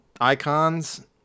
icons